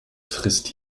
frisst